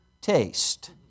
taste